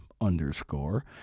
underscore